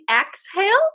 exhale